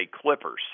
Clippers